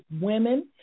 women